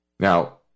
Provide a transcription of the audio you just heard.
Now